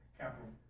capital